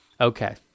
okay